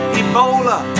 ebola